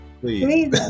Please